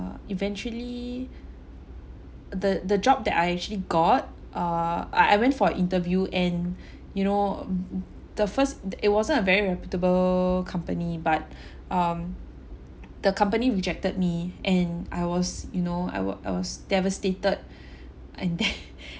eventually the the job that I actually got err I I went for interview and you know the first that it wasn't a very reputable company but um the company rejected me and I was you know I was I was devastated and then